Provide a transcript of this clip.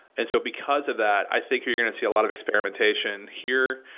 and so because of that, i think we are going to see a lot of experimentation here,